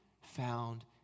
found